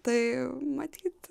tai matyt